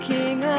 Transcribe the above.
King